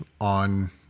on